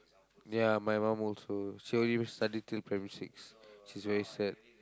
ya my mum also she only study till primary six she's very sad